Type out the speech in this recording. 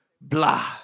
blah